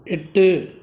எட்டு